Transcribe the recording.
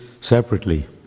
separately